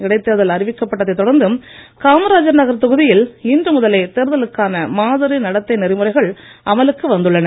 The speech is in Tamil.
இடைத்தேர்தல் அறிவிக்கப்பட்டதை தொடர்ந்து காமராஜர் நகர் தொகுதியில் இன்று முதலே தேர்தலுக்கான மாதிரி நடத்தை நெறிமுறைகள் அமலுக்கு வந்துள்ளன